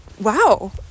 Wow